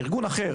ארגון אחר,